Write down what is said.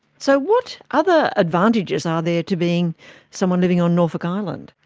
so what other advantages are there to being someone living on norfolk island?